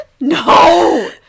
No